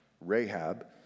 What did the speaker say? Rahab